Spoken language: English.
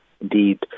indeed